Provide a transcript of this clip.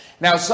Now